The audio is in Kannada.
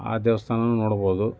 ಆ ದೇವಸ್ಥಾನವೂ ನೋಡಬಹುದು